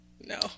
No